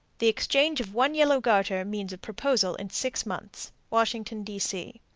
the exchange of one yellow garter means a proposal in six months. washington, d c.